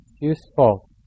useful